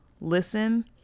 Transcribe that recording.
listen